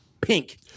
pink